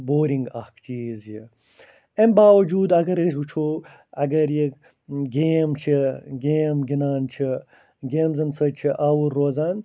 boring اَکھ چیٖز یہِ اَمہِ باوجوٗد اَگر أسۍ وٕچھو اَگر یہِ گیم چھِ گیم گِنٛدان چھِ گیمزَن سۭتۍ چھِ آوُر روزان